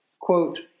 quote